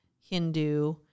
Hindu